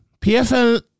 PFL